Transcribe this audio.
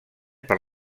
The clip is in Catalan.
per